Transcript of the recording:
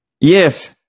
Yes